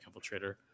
Infiltrator